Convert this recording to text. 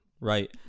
Right